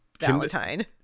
valentine